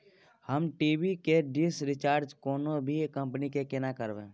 हम टी.वी के dish recharge कोनो भी कंपनी के केना करबे?